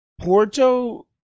Porto